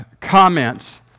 comments